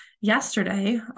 yesterday